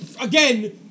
again